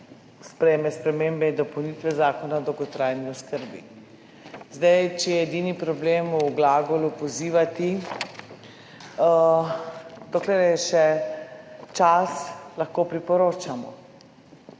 sprejme spremembe in dopolnitve Zakona o dolgotrajni oskrbi. Zdaj, če je edini problem v glagolu "pozivati" - dokler je še čas, lahko priporočamo.